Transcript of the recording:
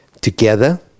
together